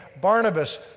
Barnabas